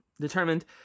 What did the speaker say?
determined